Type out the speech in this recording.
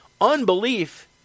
unbelief